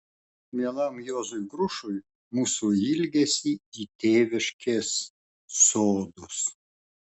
mielam juozui grušui mūsų ilgesį į tėviškės sodus